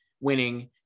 winning